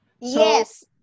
Yes